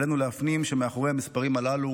עלינו להפנים שמאחורי המספרים הללו